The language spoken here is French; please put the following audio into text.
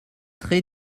très